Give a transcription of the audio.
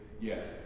yes